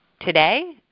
today